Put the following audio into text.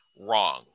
wrong